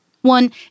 One